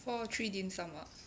for three dim sum ah